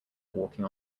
walking